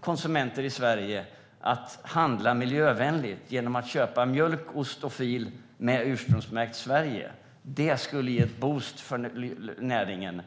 konsumenter i Sverige att handla miljövänligt genom att köpa mjölk, ost och fil som är ursprungsmärkt Sverige. Det skulle ge en boost för näringen.